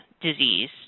disease